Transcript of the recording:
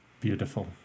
beautiful